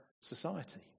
society